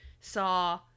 saw